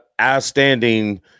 outstanding